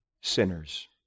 Sinners